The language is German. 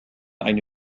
eine